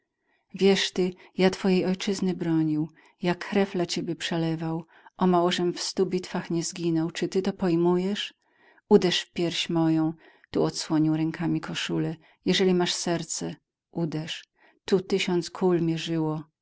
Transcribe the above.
wiesz ty ja twojej ojczyzny bronił ja krew la ciebie przelewał o mało żem w stu bitwach nie zginął czy ty to pojmujesz uderz w pierś moją tu odsłonił rękami koszulę jeżeli masz serce uderz tu tysiąc kul mierzyło